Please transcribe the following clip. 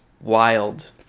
wild